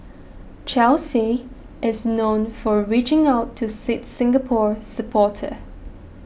Chelsea is known for reaching out to sits Singapore supporters